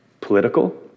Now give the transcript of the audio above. Political